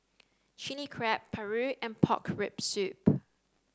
chilli crab paru and pork rib soup